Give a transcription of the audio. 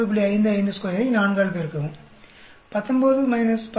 552 ஐ 4 ஆல் பெருக்கவும் 19 19